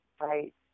Right